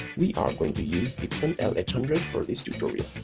we are going to use the epson l eight hundred for this tutorial.